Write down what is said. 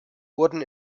wurden